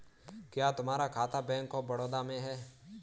क्या तुम्हारा खाता बैंक ऑफ बड़ौदा में है?